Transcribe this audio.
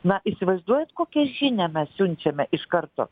na įsivaizduojat kokią žinią mes siunčiame iš karto